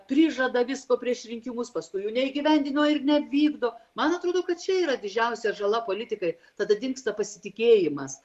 prižada visko prieš rinkimus paskui jų neįgyvendina ir nevykdo man atrodo kad čia yra didžiausia žala politikai tada dingsta pasitikėjimas